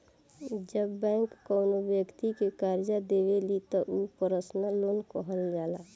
जब बैंक कौनो बैक्ति के करजा देवेली त उ पर्सनल लोन कहल जाला